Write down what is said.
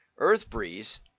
EarthBreeze